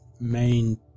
main